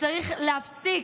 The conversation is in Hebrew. וצריך להפסיק,